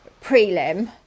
prelim